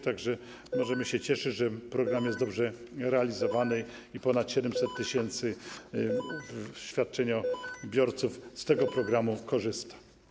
Tak że możemy się cieszyć, że program jest dobrze realizowany i ponad 700 tys. świadczeniobiorców z tego programu korzysta.